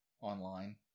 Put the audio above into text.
online